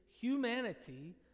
humanity